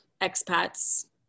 expats